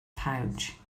pouch